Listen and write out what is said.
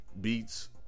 beats